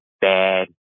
bad